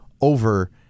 over